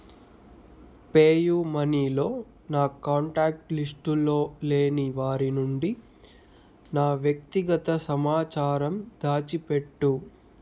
PayU money లో నా contact లిస్టులో లేని వారి నుండి నా వ్యక్తిగత సమాచారం దాచిపెట్టు